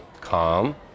calm